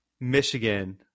Michigan